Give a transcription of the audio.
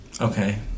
Okay